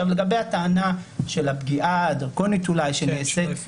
לגבי הטענה של הפגיעה הדרקונית שנעשית אולי.